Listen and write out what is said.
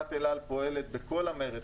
חברת אל על פועלת בכל המרץ,